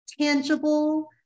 tangible